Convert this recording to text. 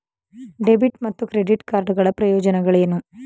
Debit ಮತ್ತು credit card ಗಳ ಪ್ರಯೋಜನಗಳೇನು?